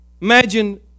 Imagine